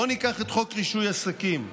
בואו ניקח את חוק רישוי עסקים.